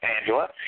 Angela